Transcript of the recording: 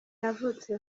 navutse